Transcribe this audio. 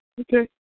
Okay